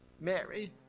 Mary